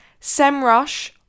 SEMrush